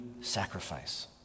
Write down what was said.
sacrifice